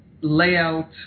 layout